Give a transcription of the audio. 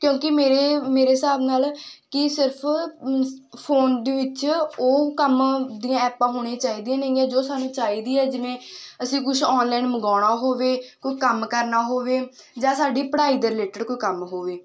ਕਿਉਂਕਿ ਮੇਰੇ ਮੇਰੇ ਹਿਸਾਬ ਨਾਲ ਕਿ ਸਿਰਫ਼ ਫੋਨ ਦੇ ਵਿੱਚ ਉਹ ਕੰਮ ਦੀਆਂ ਐਪਾਂ ਹੋਣੀਆਂ ਚਾਹੀਦੀਆਂ ਨੇਗੀਆਂ ਜੋ ਸਾਨੂੰ ਚਾਹੀਦੀ ਹੈ ਜਿਵੇਂ ਅਸੀਂ ਕੁਛ ਔਨਲਾਈਨ ਮੰਗਵਾਉਣਾ ਹੋਵੇ ਕੋਈ ਕੰਮ ਕਰਨਾ ਹੋਵੇ ਜਾਂ ਸਾਡੀ ਪੜ੍ਹਾਈ ਦੇ ਰਿਲੇਟਡ ਕੋਈ ਕੰਮ ਹੋਵੇ